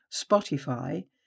Spotify